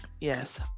Yes